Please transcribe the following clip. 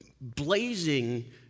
blazing